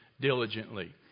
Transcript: diligently